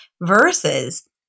versus